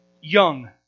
young